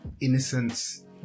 innocence